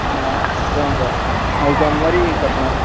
ஆ அதான்க்கா அதுக்கு தகுந்த மாதிரி கட்டணும்